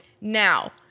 now